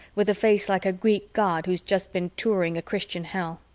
with a face like a greek god who's just been touring a christian hell.